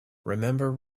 remember